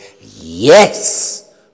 yes